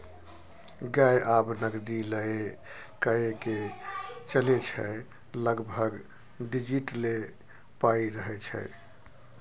गै आब नगदी लए कए के चलै छै सभलग डिजिटले पाइ रहय छै